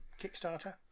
Kickstarter